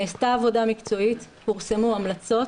נעשתה עבודה מקצועית, פורסמו המלצות